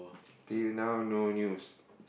till now no news